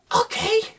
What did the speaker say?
okay